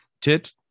tit